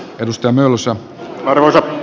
edustamme alussa karun